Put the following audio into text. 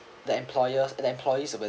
the employers and the employees over